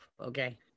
Okay